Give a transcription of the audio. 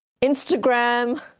instagram